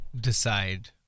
decide